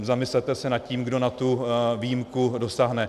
Zamyslete se nad tím, kdo na tu výjimku dosáhne.